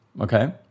okay